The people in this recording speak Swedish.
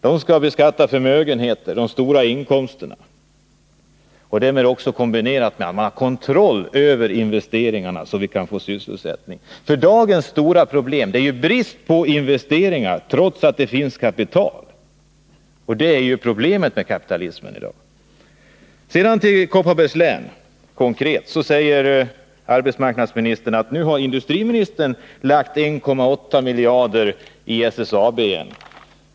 Det är förmögenheterna och de stora inkomsterna som skall beskattas, och därmed blir det en kombinerad kontroll över investeringarna, så att vi får sysselsättning. Dagens stora problem är ju bristen på investeringar trots att det finns kapital, och det är problemet med kapitalismen i dag. Konkret beträffande Kopparbergs län säger arbetsmarknadsministern att industriministern återigen har lagt ned 1,8 miljarder kronor i SSAB.